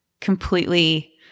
completely